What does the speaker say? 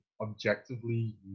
objectively